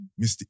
Mr